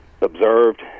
observed